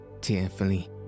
tearfully